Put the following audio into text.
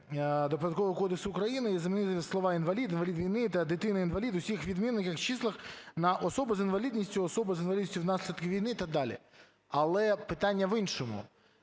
до Податкового кодексу України і замінити слова "інвалід", "інвалід війни" та "дитина-інвалід" в усіх відмінниках, числах на "особу", "особу з інвалідністю внаслідок війни" і так далі. Але питання в іншому.